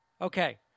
Okay